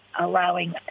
allowing